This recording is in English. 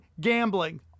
gambling